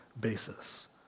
basis